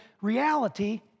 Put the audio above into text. reality